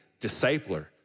discipler